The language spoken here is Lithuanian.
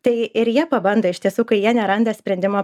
tai ir jie pabando iš tiesų kai jie neranda sprendimo